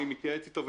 אני מתייעץ איתו,